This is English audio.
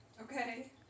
Okay